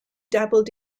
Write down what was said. dabbled